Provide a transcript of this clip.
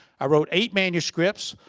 i wrote eight manuscripts,